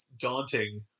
daunting